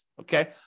okay